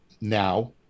now